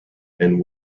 and